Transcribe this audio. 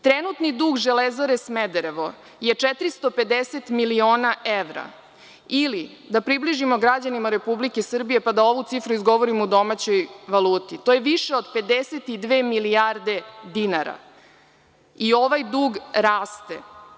Trenutni dug „Železare Smederevo“ je 450 miliona evra ili, da približimo građanima Republike Srbije pa da ovu cifru izgovorim u domaćoj valuti, to je više od 52 milijarde dinara i ovaj dug raste.